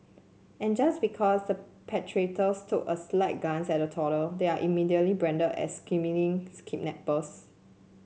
and just because the perpetrators took a slight glance at a toddler they are immediately branded as scheming kidnappers